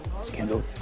Scandal